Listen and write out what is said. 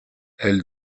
elle